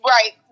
Right